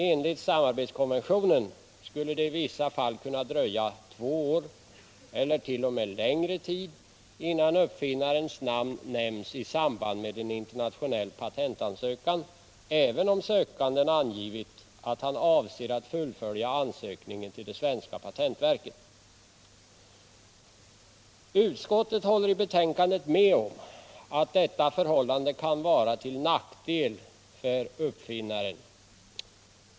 Enligt samarbetskonventionen skulle det i vissa fall kunna dröja två år eller t.o.m. längre tid innan uppfinnarens namn nämns i samband med en internationell patentansökan, även om sökanden angivit att han avser att fullfölja ansökningen till det svenska patentverket. Utskottet håller i betänkandet med om att detta förhållande kan vara till nackdel för uppfinnaren.